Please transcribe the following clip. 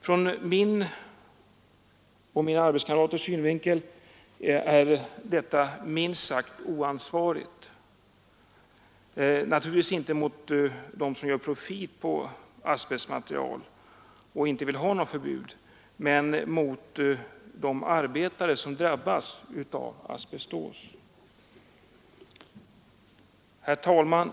Ur min och mina arbetskamraters synvinkel är detta minst sagt oansvarigt — naturligtvis inte mot dem som gör profit på asbestmaterial och inte vill ha något förbud — men mot de arbetare som drabbas av asbestos. Herr talman!